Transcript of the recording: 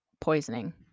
poisoning